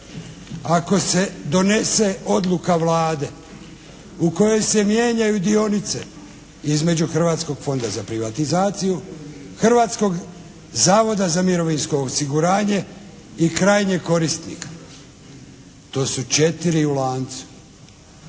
ako se donese odluka Vlade u kojoj se mijenjaju dionice između Hrvatskog fonda za privatizaciju Hrvatskog zavoda za mirovinsko osiguranje i krajnjeg korisnika, to su četiri u lancu.